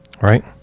Right